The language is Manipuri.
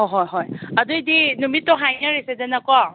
ꯍꯣꯏ ꯍꯣꯏ ꯍꯣꯏ ꯑꯗꯨꯑꯣꯏꯗꯤ ꯑꯗꯨꯝ ꯅꯨꯃꯤꯠꯇꯣ ꯍꯥꯏꯅꯔꯁꯤꯗꯅꯀꯣ